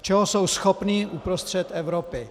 Čeho jsou schopni uprostřed Evropy!